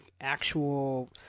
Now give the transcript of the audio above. actual